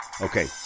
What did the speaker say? Okay